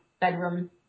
bedroom